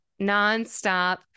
nonstop